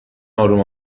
آروم